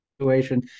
situation